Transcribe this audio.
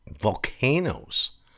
volcanoes